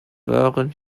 waren